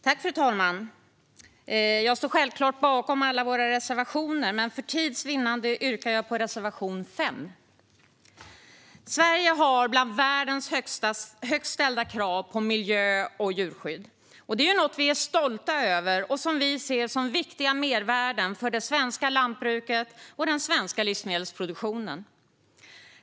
Fru talman! lag står självklart bakom alla våra reservationer, men för tids vinnande yrkar jag bifall endast till reservation 5. Sverige har bland världens högst ställda krav på miljö och djurskydd. Det är något vi är stolta över och som vi ser som viktiga mervärden för det svenska lantbruket och den svenska livsmedelsproduktionen.